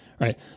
right